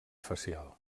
facial